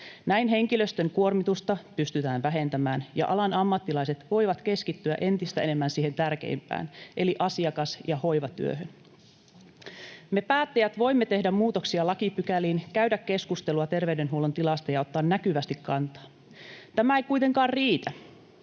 Näin henkilöstön kuormitusta pystytään vähentämään ja alan ammattilaiset voivat keskittyä entistä enemmän siihen tärkeimpään eli asiakas- ja hoivatyöhön. Me päättäjät voimme tehdä muutoksia lakipykäliin, käydä keskustelua terveydenhuollon tilasta ja ottaa näkyvästi kantaa. Tämä ei kuitenkaan riitä.